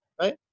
Right